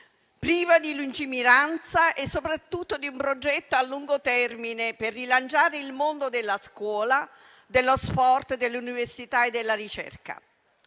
privo di lungimiranza e soprattutto di un progetto a lungo termine per rilanciare il mondo della scuola, dello sport, dell'università e della ricerca.